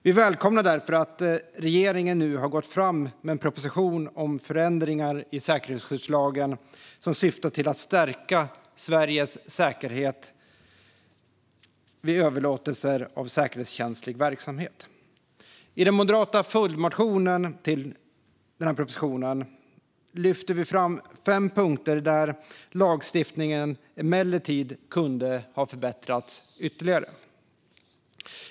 Vi välkomnar därför att regeringen nu har gått fram med en proposition om förändringar i säkerhetsskyddslagen som syftar till att stärka Sveriges säkerhet vid överlåtelser av säkerhetskänslig verksamhet. I den moderata följdmotionen till den här propositionen lyfter vi fram fem punkter där lagstiftningen emellertid kunde ha förbättrats ytterligare.